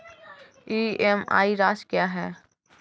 EMI राशि क्या है?